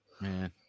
Man